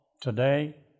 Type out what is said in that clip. today